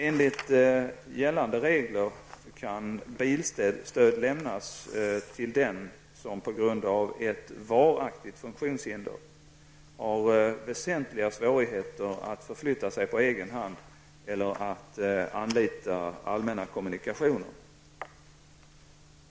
Enligt gällande regler kan bilstöd lämnas till den som på grund av ett varaktigt funktionshinder har väsentliga svårigheter att förflytta sig på egen hand eller att anlita allmänna kommunikationer.